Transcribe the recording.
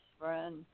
friend